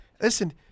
Listen